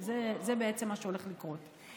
זה מה שהולך לקרות.